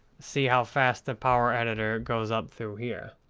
see how fast the power editor goes up through here.